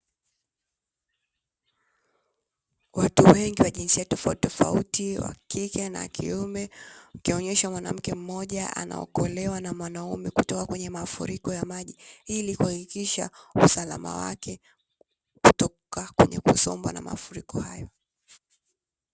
Watu wengi wa jinsia tofautitofauti wakike na wakiume, ikionyesha mwanamke mmoja anaokolewa na mwanaume kutoka kwenye mafuriko ya maji hili kuhakikisha usalama wake kutoka kwenye kusombwa na mafuriko hayo.